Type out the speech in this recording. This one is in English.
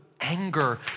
anger